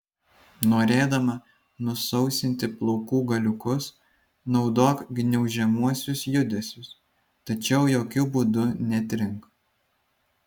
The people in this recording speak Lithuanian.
norėdama nusausinti plaukų galiukus naudok gniaužiamuosius judesius tačiau jokiu būdu netrink